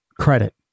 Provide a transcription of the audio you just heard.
credit